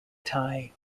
tai